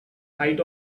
height